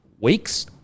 weeks